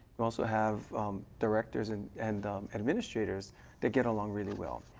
and also have directors and and administrators that get along really well.